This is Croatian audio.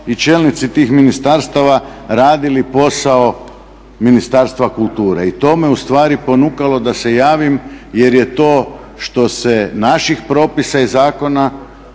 i čelnici tih ministarstava radili posao Ministarstva kulture. I to me ustvari ponukalo da se javim jer je to što se naših propisa i zakona